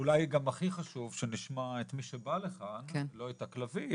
ואולי גם הכי חשוב שנשמע את מי שבא לכאן לא את הכלבים,